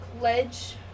ledge